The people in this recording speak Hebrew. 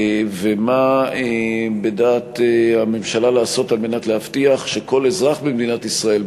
ומה בדעת הממשלה לעשות על מנת להבטיח שכל אזרח במדינת ישראל,